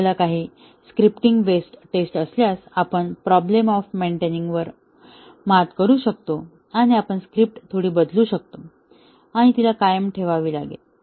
आपल्याकडे काही scripting based test असल्यास आपण प्रॉब्लेम ऑफ मेंटेनिंग वर मात करू शकतो आपण स्क्रिप्ट थोडी बदलू शकता आणि तीला कायम ठेवावी लागेल